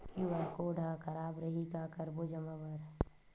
QR code हा खराब रही का करबो जमा बर?